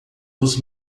dos